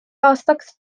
aastaks